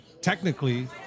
technically